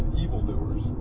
evildoers